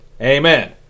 amen